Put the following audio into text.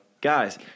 guys